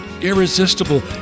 irresistible